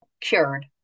cured